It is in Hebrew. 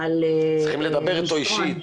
על מסרון